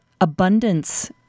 abundance